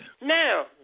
now